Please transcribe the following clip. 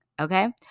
Okay